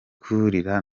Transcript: kurira